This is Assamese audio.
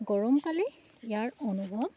গৰমকালে ইয়াৰ অনুভৱ